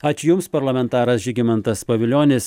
ačiū jums parlamentaras žygimantas pavilionis